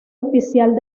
oficial